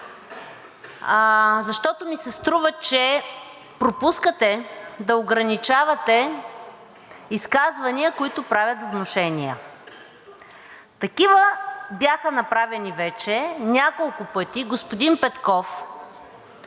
защото ми се струва, че пропускате да ограничавате изказвания, които правят внушения. Такива бяха направени вече няколко пъти. Господин Петков